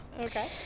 Okay